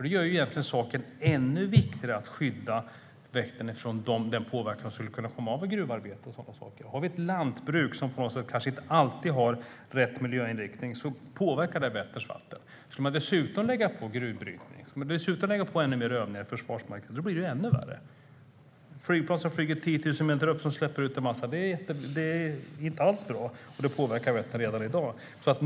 Det gör det ännu viktigare att skydda Vättern från den påverkan som skulle kunna komma av gruvarbete och sådana saker. Har vi ett lantbruk som kanske inte alltid har rätt miljöinriktning påverkar det Vätterns vatten. Ska man dessutom lägga på gruvbrytning och ännu mer övningar i Försvarsmakten blir det ännu värre. Det handlar om flygplan som flyger på 10 000 meter och släpper ut en massa. Det är inte alls bra, och det påverkar Vättern redan i dag.